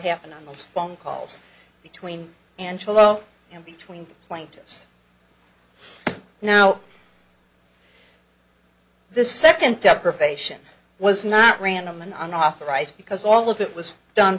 happened on those phone calls between angelo and between plaintiffs now this second deprivation was not random unauthorized because all of it was done